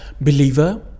believer